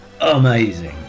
amazing